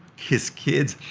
his kids.